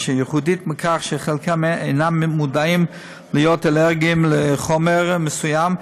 אשר ייחודית בכך שחלקם אינם מודעים להיותם אלרגיים לחומר מסוים.